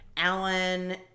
Alan